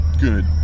good